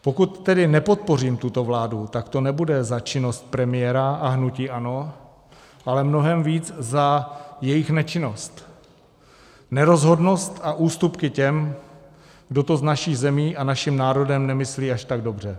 Pokud tedy nepodpořím tuto vládu, tak to nebude za činnost premiéra a hnutí ANO, ale mnohem víc za jejich nečinnost, nerozhodnost a ústupky těm, kdo to s naší zemí a naším národem nemyslí až tak dobře.